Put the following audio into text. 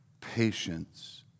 patience